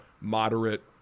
moderate